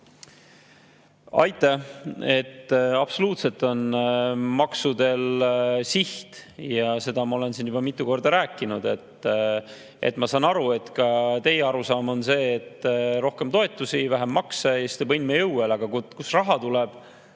Aitäh! Absoluutselt on maksudel siht ja seda ma olen siin juba mitu korda rääkinud. Ma saan aru, et ka teie arusaam on see, et rohkem toetusi, vähem makse ja siis tuleb õnn meie õuele. Aga kust raha tuleb?